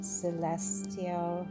celestial